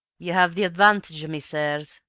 ye have the advantage o' me, sirs,